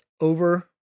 over